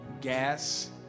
gas